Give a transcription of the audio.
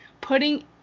putting